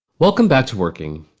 welcome back to working.